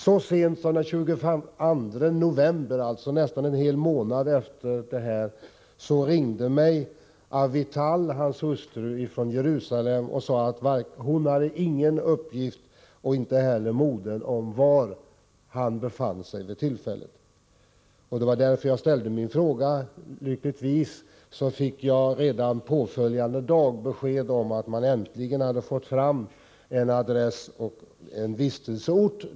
Så sent som den 22 november, alltså nästan en hel månad därefter, ringde mig hans hustru Avital från Jerusalem och sade att varken hon eller modern hade någon uppgift om var Sjtjaranskij befann sig vid tillfället. Det var därför jag ställde min fråga. Lyckligtvis fick jag redan påföljande dag besked om att man äntligen hade fått fram en adress och en vistelseort.